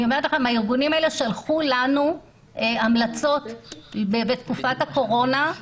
הארגונים האלה שלחו לנו המלצות בתקופת הקורונה.